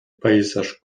pejzaż